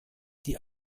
die